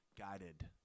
guided